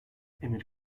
emir